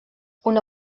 una